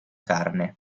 carne